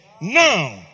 Now